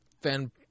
Fan